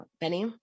Benny